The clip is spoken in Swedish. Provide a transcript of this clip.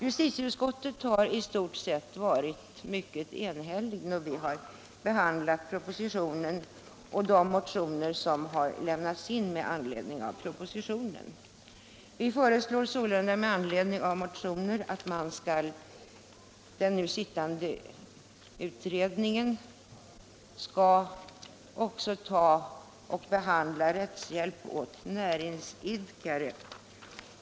Justitieutskottet har i stort sett varit enigt när utskottet har behandlat propositionen och de motioner som väckts med anledning av den. Vi föreslår sålunda med anledning av motioner att den nu arbetande utredningen också skall behandla frågan om rättshjälp åt näringsidkare.